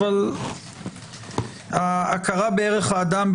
אבל ההכרה בערך האדם,